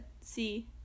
see